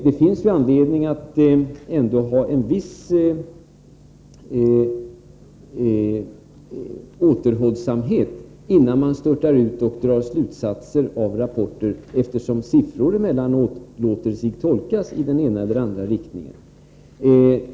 Det finns ändå anledning att iaktta en viss återhållsamhet och inte störta ut och dra slutsatser av rapporten, eftersom siffror emellanåt låter sig tolkas i den ena eller den andra riktningen.